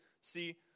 See